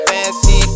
Fancy